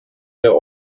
der